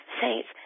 Saints